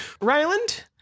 Ryland